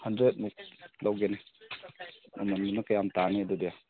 ꯍꯟꯗ꯭ꯔꯦꯗꯃꯨꯛ ꯂꯧꯒꯦꯅꯦ ꯃꯃꯟꯗꯨꯅ ꯀꯌꯥꯝ ꯇꯥꯅꯤ ꯑꯗꯨꯗꯤ